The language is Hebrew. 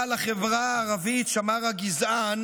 אבל לחברה הערבית שמר הגזען